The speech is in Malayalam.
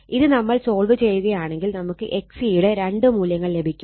ഇത് നമ്മൾ സോൾവ് ചെയ്യുകയാണെങ്കിൽ നമുക്ക് XC യുടെ രണ്ട് മൂല്യങ്ങൾ ലഭിക്കും